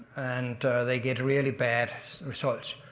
and they get really bad results.